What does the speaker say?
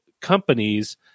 companies